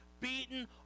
beaten